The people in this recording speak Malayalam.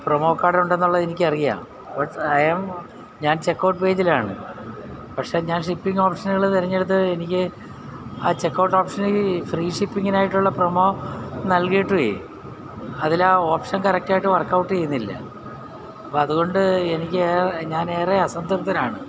പ്രമോ ക്കാഡ് ഉണ്ടെന്നുള്ളത് എനിക്കറിയാം ബട്ട് അയാം ഞാൻ ചെക്കൗട്ട് പേജിലാണ് പക്ഷെ ഞാൻ ഷിപ്പിങ്ങ് ഓപ്ഷനുകൾ തെരഞ്ഞെടുത്താൽ എനിക്ക് ആ ചെക്കൗട്ട് ഓപ്ഷനിൽ ഫ്രീ ഷിപ്പിങ്ങിനായിട്ടുള്ള പ്രമോ നൽകിയിട്ടുമേ അതിൽ ആ ഓപ്ഷൻ കറക്റ്റ് ആയിട്ട് വർക്കൗട്ട് ചെയ്യുന്നില്ല അപ്പം അതുകൊണ്ട് എനിക്ക് ഞാൻ ഏറെ അസംതൃപ്തനാണ്